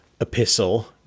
Epistle